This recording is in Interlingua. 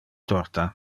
torta